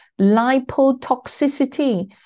lipotoxicity